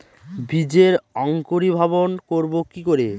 বীজের অঙ্কোরি ভবন করব কিকরে?